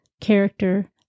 character